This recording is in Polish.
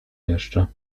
jeszcze